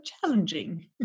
challenging